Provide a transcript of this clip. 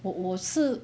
我我是